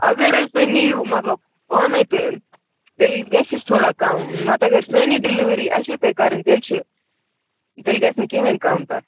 اگر حظ تُہۍ نِیِو مطلب پانَے تہٕ تیٚلہِ گژھٮ۪س تھوڑا کَم نَتہٕ اگر سٲنی ڈیٚلِؤری اَسے پیٚیہِ کَرٕنۍ تیٚلہِ چھِ تیٚلہِ گژھِ نہٕ کِہیٖنٛۍ کَم تَتھ